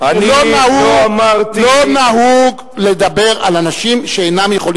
שלא נהוג לדבר על אנשים שאינם יכולים לענות.